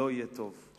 לא יהיה טוב.